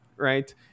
right